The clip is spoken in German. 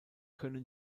können